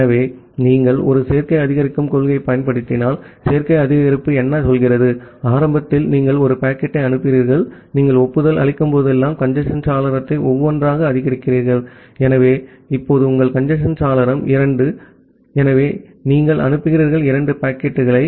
ஆகவே நீங்கள் ஒரு சேர்க்கை அதிகரிக்கும் கொள்கையைப் பயன்படுத்தினால் சேர்க்கை அதிகரிப்பு என்ன சொல்கிறது ஆரம்பத்தில் நீங்கள் ஒரு பாக்கெட்டை அனுப்புகிறீர்கள் நீங்கள் ஒப்புதல் அளிக்கும்போதெல்லாம் கஞ்சேஸ்ன் சாளரத்தை ஒவ்வொன்றாக அதிகரிக்கிறீர்கள் ஆகவே இப்போது உங்கள் கஞ்சேஸ்ன்சாளரம் இரண்டு ஆகவே நீங்கள் அனுப்புகிறீர்கள் இரண்டு பாக்கெட்டுகள்